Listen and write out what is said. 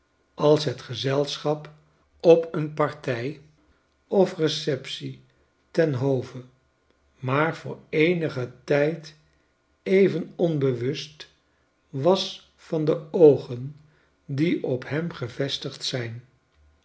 als het gezelschap op een partij ofreceptie ten hove maar voor eenigen tijd even onbewust was van de oogeri die op hen gevestigd zijn